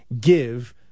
give